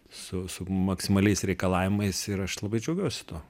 su su maksimaliais reikalavimais ir aš labai džiaugiuosi tuo